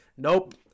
Nope